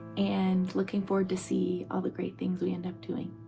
and looking forward to see all the great things we end up doing.